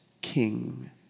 King